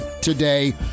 today